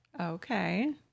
Okay